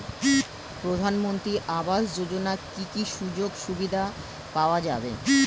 প্রধানমন্ত্রী আবাস যোজনা কি কি সুযোগ সুবিধা পাওয়া যাবে?